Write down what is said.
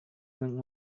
мең